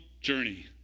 journey